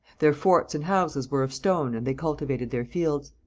their forts and houses were of stone and they cultivated their fields.